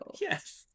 Yes